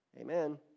Amen